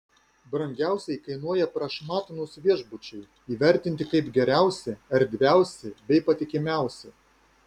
brangiausiai kainuoja prašmatnūs viešbučiai įvertinti kaip geriausi erdviausi bei patikimiausi